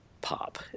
pop